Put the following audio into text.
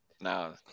No